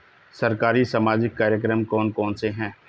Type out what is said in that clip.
सरकारी सामाजिक कार्यक्रम कौन कौन से हैं?